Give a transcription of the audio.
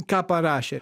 ką parašė